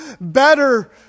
better